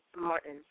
Martin